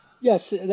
Yes